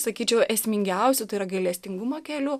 sakyčiau esmingiausiu tai yra gailestingumo keliu